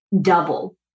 double